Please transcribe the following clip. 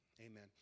Amen